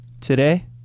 today